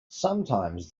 sometimes